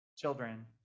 children